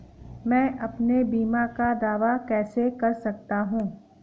मैं अपने बीमा का दावा कैसे कर सकता हूँ?